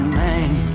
name